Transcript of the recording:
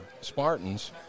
Spartans